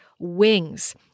wings